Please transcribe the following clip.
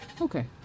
Okay